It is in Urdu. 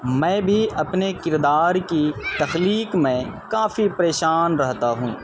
میں بھی اپنے کردار کی تخلیق میں کافی پریشان رہتا ہوں